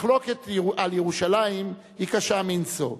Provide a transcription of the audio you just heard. מחלוקת על ירושלים היא קשה מנשוא,